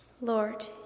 Lord